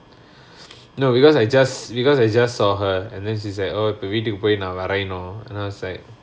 no because I just because I just saw her and then she's like oh இப்ப வீட்டுக்கு போய் நா வரைனும்:ippa veetukku poyi naa varainum then I was like